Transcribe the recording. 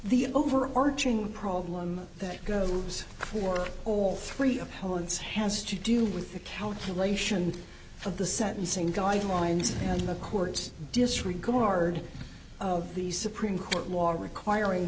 the overarching problem that goes for all three opponents has to do with the calculation of the sentencing guidelines and the court's disregard of the supreme court was requiring